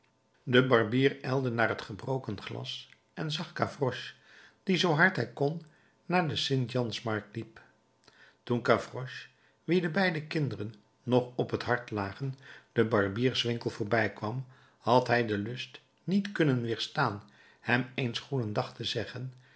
de barbier ijlde naar t gebroken glas en zag gavroche die zoo hard hij kon naar de st jansmarkt liep toen gavroche wien de beide kinderen nog op t hart lagen den barbierswinkel voorbijkwam had hij den lust niet kunnen weerstaan hem eens goedendag te zeggen